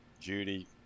Judy